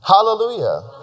Hallelujah